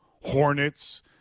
Hornets